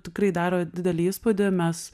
tikrai daro didelį įspūdį mes